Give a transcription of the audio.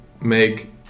make